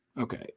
okay